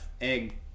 egg